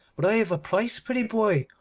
but i have a price, pretty boy,